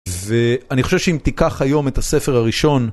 ואני חושב שאם תיקח היום את הספר הראשון